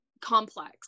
complex